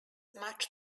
much